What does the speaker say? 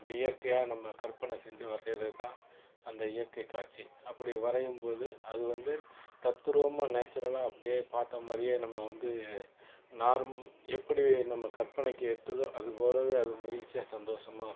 நம்முடைய இயற்கையாக நம்ம கற்பனை செஞ்சு வரையுறது தான் அந்த இயற்கை காட்சி அப்படி வரையும் போது அது வந்து தத்துருவமா நேட்சுரலா அப்படியே பார்த்த மாதிரியே நம்ம வந்து நார்ம் எப்படி நம்ம கற்பனைக்கு எட்டுதோ அதுபோலவே அது மகிழ்ச்சியாக சந்தோசமாருக்கும்